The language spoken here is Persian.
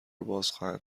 بازخواهند